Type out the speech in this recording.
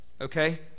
okay